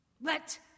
Let